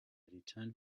returned